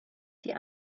die